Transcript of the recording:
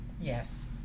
yes